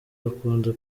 akunda